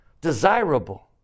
desirable